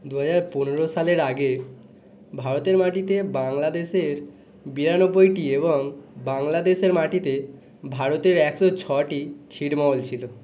দু হাজার পনেরো সালের আগে ভারতের মাটিতে বাংলাদেশের বিরানব্বইটি এবং বাংলাদেশের মাটিতে ভারতের একশো ছটি ছিটমহল ছিল